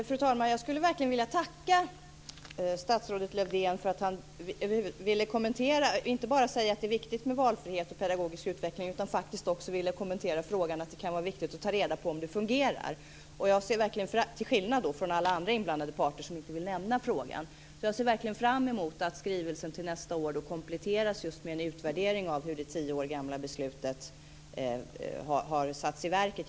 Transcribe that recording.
Fru talman! Jag skulle verkligen vilja tacka statsrådet Lövdén för att han över huvud taget ville kommentera detta, och inte bara sade att det är viktigt med valfrihet och pedagogisk utveckling. Han kommenterade faktiskt frågan om att det kan vara viktigt att ta reda på om det hela fungerar - till skillnad från alla andra inblandade parter, som inte vill nämna frågan. Jag ser verkligen fram emot att skrivelsen till nästa år kompletteras just med en utvärdering av hur det tio år gamla beslutet har satts i verket.